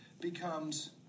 becomes